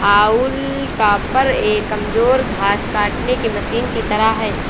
हाउल टॉपर एक कमजोर घास काटने की मशीन की तरह है